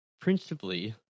principally